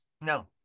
No